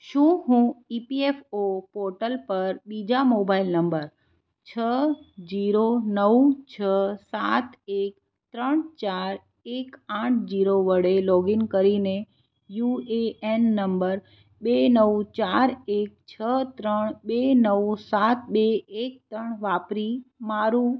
શું હું EPFO portal પર બીજા મોબાઇલ નંબર છ જીરો નવ છ સાત એક ત્રણ ચાર એક આઠ જીરો વડે લોગિન કરીને યુ એ એન નંબર બે નવ ચાર એક છ ત્રણ બે નવ સાત બે એક ત્રણ વાપરી મારું